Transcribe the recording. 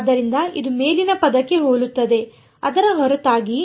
ಆದ್ದರಿಂದ ಇದು ಮೇಲಿನ ಪದಕ್ಕೆ ಹೋಲುತ್ತದೆ ಅದರ ಹೊರತಾಗಿ